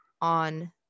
on